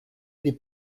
des